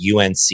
UNC